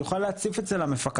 היא יכולה להציף את זה למפקחת,